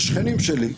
שכנים שלי,